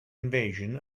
invasion